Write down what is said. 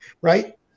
Right